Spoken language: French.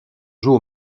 jouent